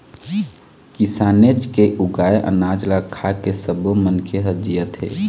किसानेच के उगाए अनाज ल खाके सब्बो मनखे ह जियत हे